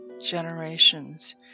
generations